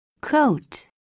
coat